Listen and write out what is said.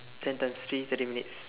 ten times three thirty minutes